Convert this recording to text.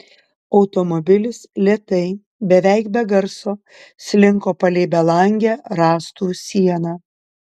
automobilis lėtai beveik be garso slinko palei belangę rąstų sieną